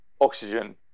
oxygen